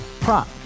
prop